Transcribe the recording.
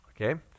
okay